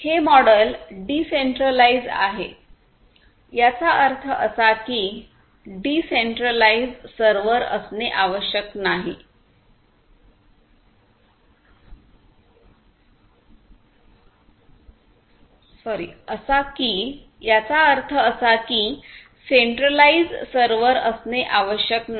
हे model decentralise आहे याचा अर्थ असा की सेंट्रलाइज सर्व्हर असणे आवश्यक नाही